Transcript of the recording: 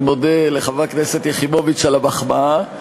אני מודה לחברת הכנסת יחימוביץ על המחמאה.